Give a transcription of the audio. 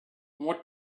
what